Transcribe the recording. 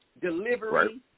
delivery